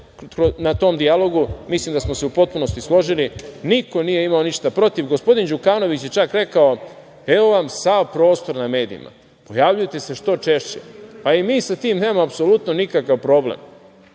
na tom dijalogu, mislim da smo se u potpunosti složili, niko nije imao ništa protiv. Gospodin Đukanović je čak rekao – evo vam sav prostor na medijima, pojavljujte se što češće. Ni mi sa tim apsolutno nemamo nikakav problem.